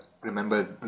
remember